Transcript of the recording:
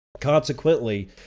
Consequently